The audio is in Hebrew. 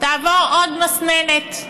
תעבור עוד מסננת,